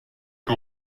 que